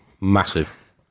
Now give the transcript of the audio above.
Massive